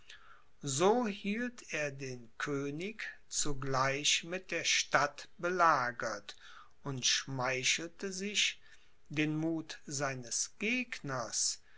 so hielt er den könig zugleich mit der stadt belagert und schmeichelte sich den muth seines gegners